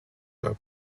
were